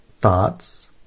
thoughts